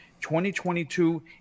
2022